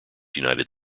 united